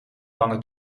lange